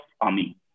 army